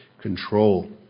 control